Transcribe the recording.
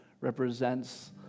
represents